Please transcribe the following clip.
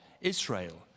Israel